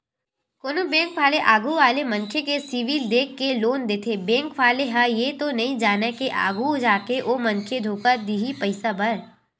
कोनो बेंक वाले आघू वाले मनखे के सिविल देख के लोन देथे बेंक वाले ह ये तो नइ जानय के आघु जाके ओ मनखे धोखा दिही पइसा बर